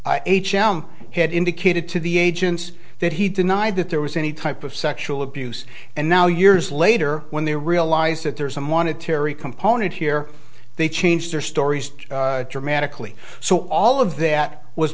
had indicated to the agents that he denied that there was any type of sexual abuse and now years later when they realize that there is a monetary component here they changed their stories dramatically so all of that was